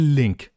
link